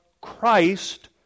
Christ